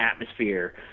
atmosphere